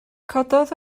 cododd